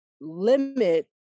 limit